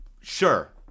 sure